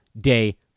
day